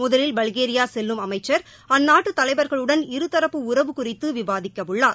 முதலில் பல்கேரியா செல்லும் அமைச்சர் அந்நாட்டு தலைவர்களுடன் இருதரப்பு உறவு குறித்து விவாதிக்கவுள்ளார்